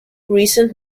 recent